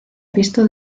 visto